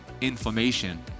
inflammation